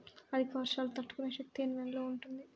అధిక వర్షాలు తట్టుకునే శక్తి ఏ నేలలో ఉంటుంది?